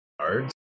cards